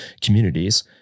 communities